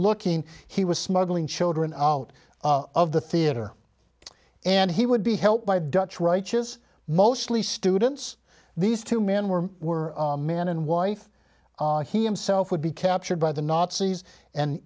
looking he was smuggling children out of the theater and he would be helped by a dutch righteous mostly students these two men were were man and wife he himself would be captured by the nazis and